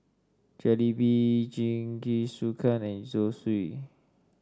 Jalebi Jingisukan and Zosui